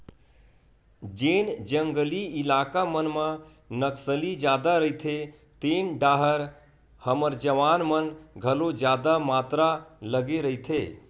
जेन जंगली इलाका मन म नक्सली जादा रहिथे तेन डाहर हमर जवान मन घलो जादा मातरा लगे रहिथे